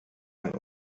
ein